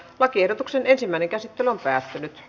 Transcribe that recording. lakiehdotuksen ensimmäinen käsittely päättyi